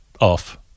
off